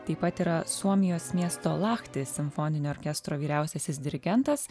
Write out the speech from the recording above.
taip pat yra suomijos miesto lachti simfoninio orkestro vyriausiasis dirigentas